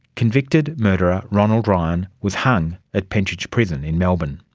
convicted murderer ronald ryan was hung at pentridge prison in melbourne.